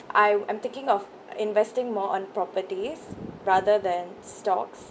I I'm thinking of investing more on properties rather than stocks